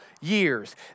years